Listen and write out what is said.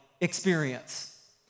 experience